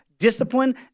Discipline